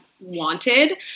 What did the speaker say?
wanted